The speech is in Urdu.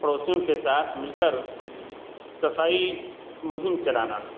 پڑوسیوں کے ساتھ مل کر صفائی مہم چلانا